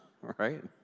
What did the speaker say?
right